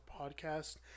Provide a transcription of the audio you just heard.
podcast